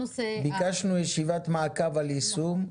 ביקשנו ישיבת מעקב על יישום,